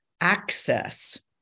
access